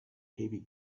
heavy